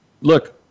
look